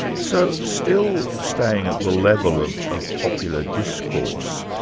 so still staying at the level of of popular discourse,